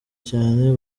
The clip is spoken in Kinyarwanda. cyane